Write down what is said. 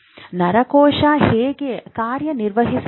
ನರಕೋಶ ಹೇಗೆ ಕಾರ್ಯನಿರ್ವಹಿಸುತ್ತದೆ